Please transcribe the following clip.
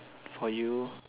for you